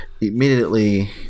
immediately